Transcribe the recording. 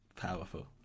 Powerful